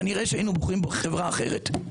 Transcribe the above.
כנראה שהיינו בוחרים בחברה אחרת.